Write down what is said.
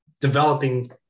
developing